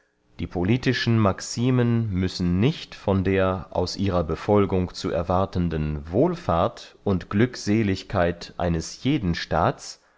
die politische maximen müssen nicht von der aus ihrer befolgung zu erwartenden wohlfahrt und glückseligkeit eines jeden staats